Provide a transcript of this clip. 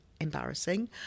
embarrassing